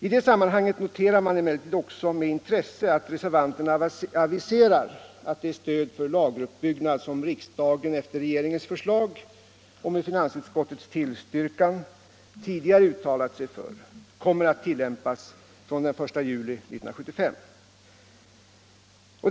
I det sammanhanget noterar man emellertid också med intresse att reservanterna aviserar att det stöd för lageruppbyggnad som riksdagen efter regeringens förslag och med finansutskottets tillstyrkan tidigare uttalat sig för kommer att tillämpas från den 1 juli 1975.